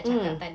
mm